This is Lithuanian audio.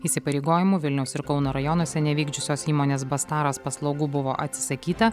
įsipareigojimų vilniaus ir kauno rajonuose neįvykdžiusios įmonės bastaras paslaugų buvo atsisakyta